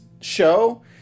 show